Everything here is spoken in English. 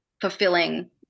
fulfilling